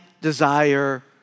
desire